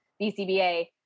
BCBA